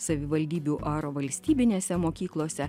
savivaldybių ar valstybinėse mokyklose